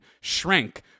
shrank